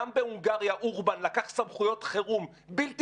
גם בהונגריה אורבן לקח סמכויות חירום בלתי